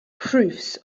proofs